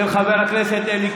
של חבר הכנסת אלי